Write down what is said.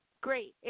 Great